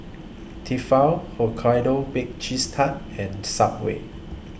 Tefal Hokkaido Baked Cheese Tart and Subway